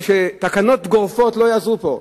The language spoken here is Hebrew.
שתקנות גורפות לא יעזרו פה.